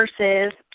versus